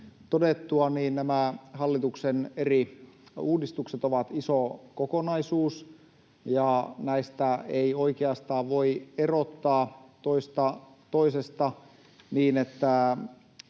todettua, nämä hallituksen eri uudistukset ovat iso kokonaisuus, ja näistä ei oikeastaan voi erottaa toista toisesta niin, että